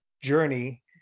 journey